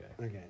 Okay